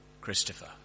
Christopher